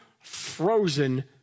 frozen